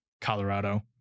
Colorado